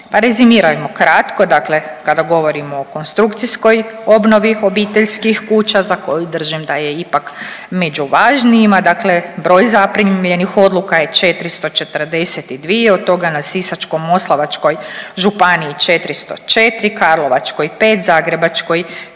rezimirajmo kratko, dakle kada govorimo o konstrukcijskoj obnovi obiteljskih kuća za koju držim da je ipak među važnijima, dakle broj zaprimljenih odluka je 442, od toga na Sisačko-moslavačkoj županiji 404, Karlovačkoj 5, Zagrebačkoj